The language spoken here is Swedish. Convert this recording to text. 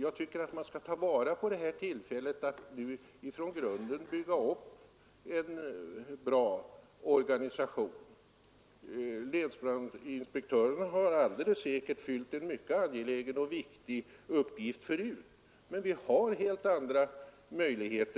Jag tycker att man skall ta vara på det här tillfället att från grunden bygga upp en bra organisation. Länsbrandinspektörerna har alldeles säkert fyllt en mycket angelägen och viktig uppgift, men vi har